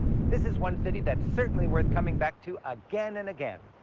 this is one city that's certainly worth coming back to again and again.